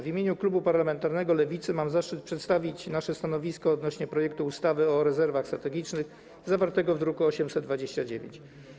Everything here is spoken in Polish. W imieniu klubu parlamentarnego Lewicy mam zaszczyt przedstawić nasze stanowisko odnośnie do projektu ustawy o rezerwach strategicznych, zawartego w druku nr 829.